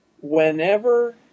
Whenever